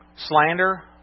Slander